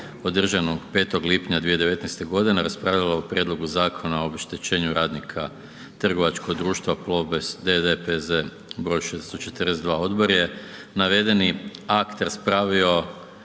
održanu 5. lipnja 2019. g. raspravljalo o Prijedlogu zakona o obeštećenju radnika trgovačkog društva Plobest d.d., P.Z. br. 642. Odbor je navedeni akt raspravio